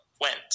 went